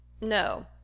No